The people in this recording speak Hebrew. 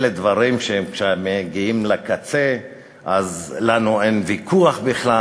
אלה דברים שכשהם מגיעים לקצה אז לנו אין ויכוח בכלל.